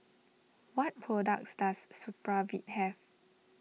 what products does Supravit have